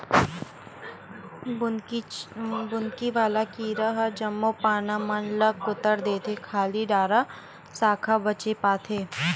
बुंदकी वाला कीरा ह जम्मो पाना मन ल कुतर देथे खाली डारा साखा बचे पाथे